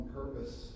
purpose